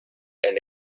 and